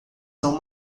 são